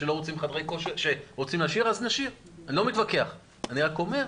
כשאנחנו רוצים לבדוק פה מגמות,